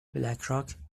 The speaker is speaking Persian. بلکراک